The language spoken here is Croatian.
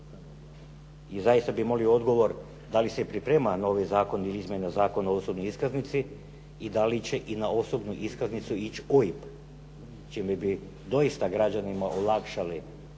I zaista bi molio odgovor da li se priprema novi zakon ili izmjena Zakona o osobnoj iskaznici i da li će i na osobnu iskaznicu ići OIB? Čime bi dosita građanima olakšali